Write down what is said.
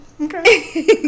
okay